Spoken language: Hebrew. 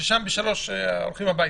ששם ב-15:00 הולכים הביתה.